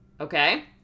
okay